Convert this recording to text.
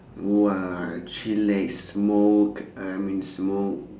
!wah! ah chillax smoke I mean smoke